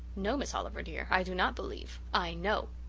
no, miss oliver, dear, i do not believe i know.